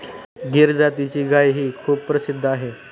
गीर जातीची गायही खूप प्रसिद्ध आहे